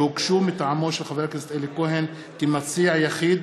שהוגשו מטעמו של חבר הכנסת אלי כהן כמציע יחיד,